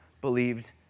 believed